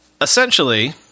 Essentially